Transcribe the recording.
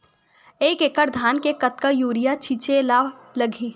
एक एकड़ धान में कतका यूरिया छिंचे ला लगही?